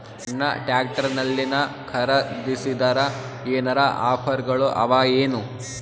ಸಣ್ಣ ಟ್ರ್ಯಾಕ್ಟರ್ನಲ್ಲಿನ ಖರದಿಸಿದರ ಏನರ ಆಫರ್ ಗಳು ಅವಾಯೇನು?